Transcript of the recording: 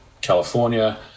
California